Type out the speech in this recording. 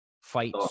fight –